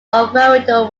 alvarado